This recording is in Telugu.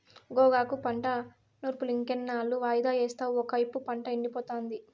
గోగాకు పంట నూర్పులింకెన్నాళ్ళు వాయిదా యేస్తావు ఒకైపు పంట ఎండిపోతాంది